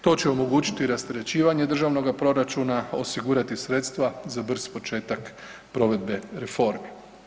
To će omogućiti rasterećivanje državnoga proračuna, osigurati sredstva za brz početak provedbe reformi.